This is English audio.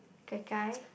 gai gai